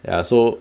ya so